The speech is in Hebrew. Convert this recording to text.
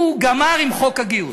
הוא גמר עם חוק הגיוס.